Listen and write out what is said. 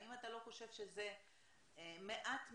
האם אתה לא חושב שזה מעט מדי,